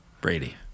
Brady